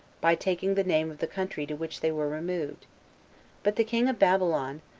by taking the name of the country to which they were removed but the king of babylon,